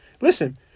Listen